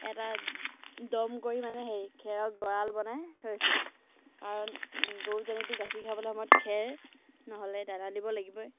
এটা দম কৰি মানে হেৰি খেৰৰ গঁৰাল বনাই থৈছোঁ কাৰণ গৰুজনীকতো গাখীৰ খীৰাবলৈ সময়ত খেৰ নহ'লে দানা দিব লাগিবই